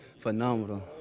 Phenomenal